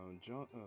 John